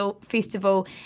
Festival